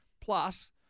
Plus